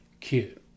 cute